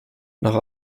nach